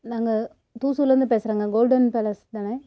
நாங்க தூசூர்லருந்து பேசுகிறங்க கோல்டன் பேலஸ் தானே